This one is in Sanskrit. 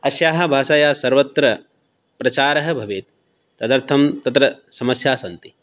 अस्याः भाषायाः सर्वत्र प्रचारः भवेत् तदर्थं तत्र समस्याः सन्ति